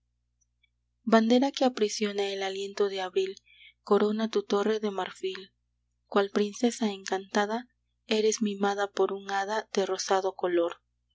bandera que aprisiona el aliento de abril corona tu torre de marfil cual princesa encantada eres mimada por un hada de rosado color